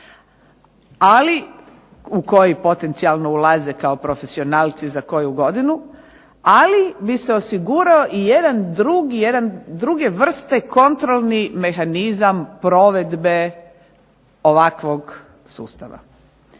ali u koji potencijalno ulaze kao profesionalci za koju godinu, ali bi se osigurao i jedan drugi, jedan druge vrste kontrolni mehanizam provedbe ovakvog sustava.